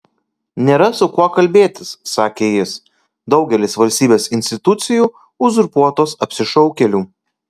nėra su kuo kalbėtis sakė jis daugelis valstybės institucijų uzurpuotos apsišaukėlių